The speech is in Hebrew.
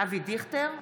אבי דיכטר,